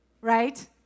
Right